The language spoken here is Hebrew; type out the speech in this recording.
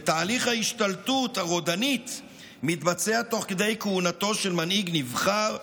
ותהליך ההשתלטות הרודנית מתבצע תוך כדי כהונתו של מנהיג נבחר,